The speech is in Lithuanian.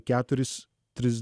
keturis tris